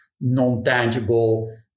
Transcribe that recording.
non-tangible